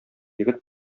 егет